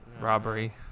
robbery